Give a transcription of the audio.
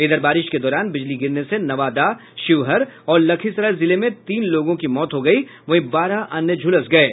इधर बारिश के दौरान बिजली गिरने से नवादा शिवहर और लखीसराय जिले में तीन लोगों की मौत हो गयी वहीं बारह अन्य झुलस गये